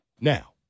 Now